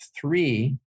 three